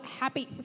happy